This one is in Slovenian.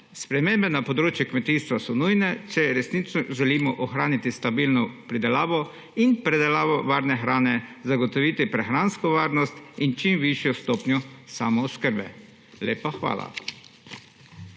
Spremembe na področju kmetijstva so nujne, če resnično želimo ohraniti stabilno pridelavo in predelavo varne hrane, zagotoviti prehransko varnost in čim višjo stopnjo samooskrbe. Lepa hvala.